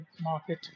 market